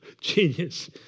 genius